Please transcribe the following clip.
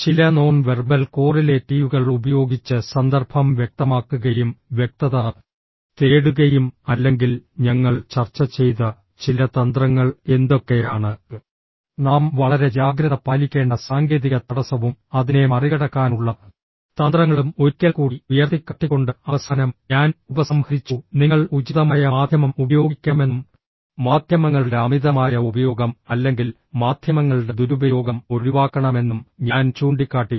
ചില non verbal കോറിലേറ്റീവുകൾ ഉപയോഗിച്ച് സന്ദർഭം വ്യക്തമാക്കുകയും വ്യക്തത തേടുകയും അല്ലെങ്കിൽ ഞങ്ങൾ ചർച്ച ചെയ്ത ചില തന്ത്രങ്ങൾ എന്തൊക്കെയാണ് നാം വളരെ ജാഗ്രത പാലിക്കേണ്ട സാങ്കേതിക തടസ്സവും അതിനെ മറികടക്കാനുള്ള തന്ത്രങ്ങളും ഒരിക്കൽക്കൂടി ഉയർത്തിക്കാട്ടിക്കൊണ്ട് അവസാനം ഞാൻ ഉപസംഹരിച്ചു നിങ്ങൾ ഉചിതമായ മാധ്യമം ഉപയോഗിക്കണമെന്നും മാധ്യമങ്ങളുടെ അമിതമായ ഉപയോഗം അല്ലെങ്കിൽ മാധ്യമങ്ങളുടെ ദുരുപയോഗം ഒഴിവാക്കണമെന്നും ഞാൻ ചൂണ്ടിക്കാട്ടി